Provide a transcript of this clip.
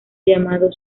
llamado